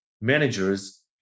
managers